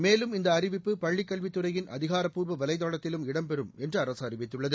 மேலும் இந்த அறிவிப்பு பள்ளிக் கல்வித்துறையின் அதிகாரப்பூர்வ வலைதளத்திலும் இடம்பெறும் என்று அரசு அறிவித்துள்ளது